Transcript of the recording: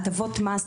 הטבות מס,